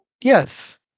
Yes